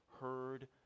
heard